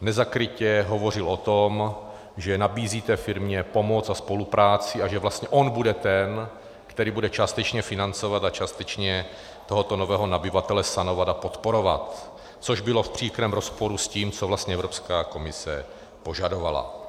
nezakrytě hovořil o tom, že nabízí té firmě pomoc a spolupráci a že vlastně on bude ten, který bude částečně financovat a částečně tohoto nového nabyvatele sanovat a podporovat, což bylo v příkrém rozporu s tím, co vlastně Evropská komise požadovala.